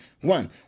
One